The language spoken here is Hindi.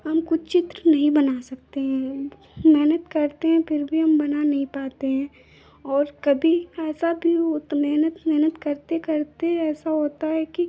हम कुछ चित्र नहीं बना सकते हैं मेहनत करते हैं फ़िर भी हम बना नहीं पाते हैं और कभी ऐसा भी हो मेहनत मेहनत करते करते ऐसा होता है कि